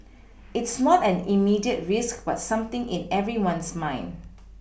it's not an immediate risk but something in everyone's mind